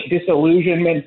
disillusionment